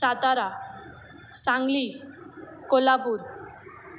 Satara Sangli Kolhapur